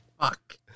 Fuck